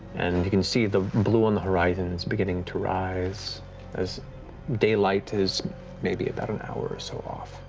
and you can see the blue on the horizon is beginning to rise as daylight is maybe about an hour or so off.